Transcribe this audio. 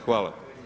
Hvala.